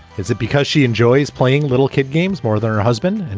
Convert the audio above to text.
is it because she enjoys playing little kid games more than her husband? and